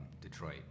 Detroit